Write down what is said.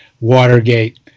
Watergate